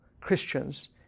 Christians